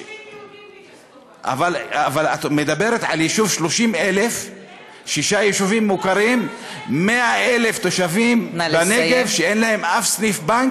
יש גם יישובים יהודיים בלי